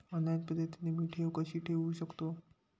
Online पद्धतीने मी ठेव कशी ठेवू शकतो?